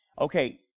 Okay